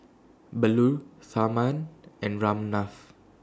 Bellur Tharman and Ramnath